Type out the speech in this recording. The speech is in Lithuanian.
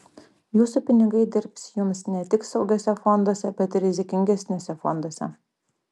jūsų pinigai dirbs jums ne tik saugiuose fonduose bet ir rizikingesniuose fonduose